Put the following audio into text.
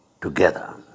together